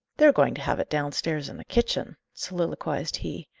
they're going to have it downstairs in the kitchen, soliloquized he.